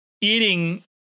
eating